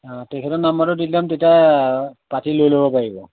অঁ তেখেতৰ নাম্বাৰটো দি দিলে মানে তেতিয়া পাতি লৈ ল'ব পাৰিব